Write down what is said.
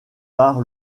par